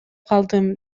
калдым